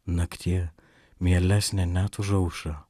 naktie mielesne net už aušrą